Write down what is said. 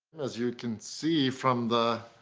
as you can see from the